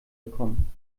bekommen